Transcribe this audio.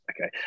Okay